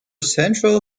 central